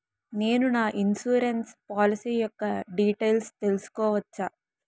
నేను నా insurance policy యెక్క డీటైల్స్ తెల్సుకోవచ్చా?